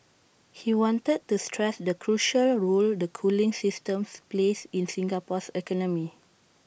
he wanted to stress the crucial role the cooling systems plays in Singapore's economy